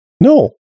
No